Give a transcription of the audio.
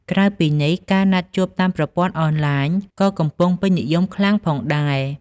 ក្រៅពីនេះ ការណាត់ជួបតាមប្រព័ន្ធអនឡាញក៏កំពុងពេញនិយមខ្លាំងផងដែរ។